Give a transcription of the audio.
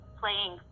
playing